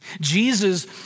Jesus